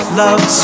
love